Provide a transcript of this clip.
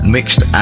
Mixed